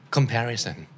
Comparison